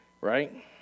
Right